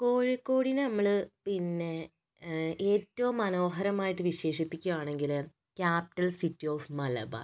കോഴിക്കോടിനെ നമ്മള് പിന്നെ ഏറ്റവും മനോഹരമായിട്ട് വിശേഷിപ്പിക്കുവാണെങ്കില് ക്യാപിറ്റൽ സിറ്റി ഓഫ് മലബാർ